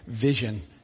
vision